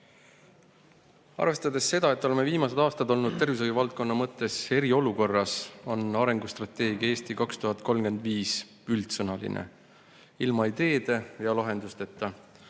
Arvestades seda, et oleme viimased aastad olnud tervishoiuvaldkonna mõttes eriolukorras, on arengustrateegia "Eesti 2035" üldsõnaline, ilma ideede ja lahendusteta,